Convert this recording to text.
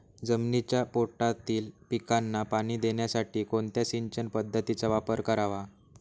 जमिनीच्या पोटातील पिकांना पाणी देण्यासाठी कोणत्या सिंचन पद्धतीचा वापर करावा?